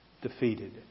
defeated